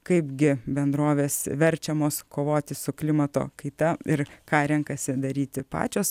kaipgi bendrovės verčiamos kovoti su klimato kaita ir ką renkasi daryti pačios